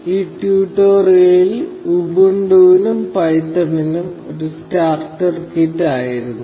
ഈ ട്യൂട്ടോറിയൽ ഉബുണ്ടുവിനും പൈത്തണിനും ഒരു സ്റ്റാർട്ടർ കിറ്റ് ആയിരുന്നു